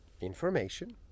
information